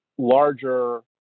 larger